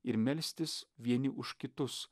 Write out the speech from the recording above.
ir melstis vieni už kitus